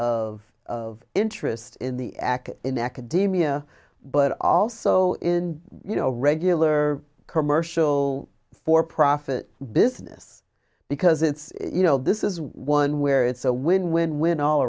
of of interest in the act in academia but also in you know a regular commercial for profit business because it's you know this is one where it's a win win win all